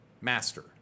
master